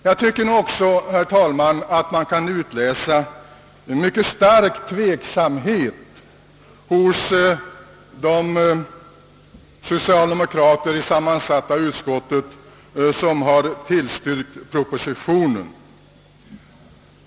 Jag tycker nog också, herr talman, att man kan utläsa en mycket stark tveksamhet hos de socialdemokrater i sammansatta utskottet som har tillstyrkt propositionen.